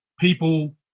people